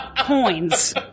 coins